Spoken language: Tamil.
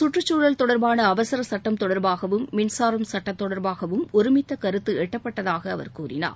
கற்றுச்சூழல் தொடர்பான அவசரச் சட்டம் தொடர்பாகவும் மின்சார சட்டம் தொடர்பாகவும் ஒருமித்த கருத்து எட்டப்பட்டதாக அவர் கூறினார்